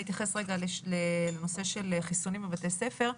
אני אתייחס לנושא של החיסונים בבתי הספר.